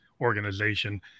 organization